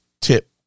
tip